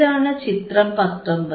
ഇതാണ് ചിത്രം 19എ